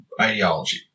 ideology